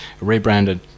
rebranded